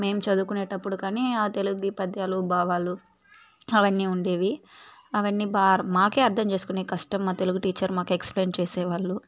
మేమ్ చదువుకునేటప్పుడు కానీ ఆ తెలుగు పద్యాలు భావాలు అవన్నీ ఉండేవి అవన్నీ బాగా మాకే అర్ధం చేసుకునేకి కష్టం మా తెలుగు టీచర్ మాకు ఎక్స్ ప్లైన్ చేసేవాల్లు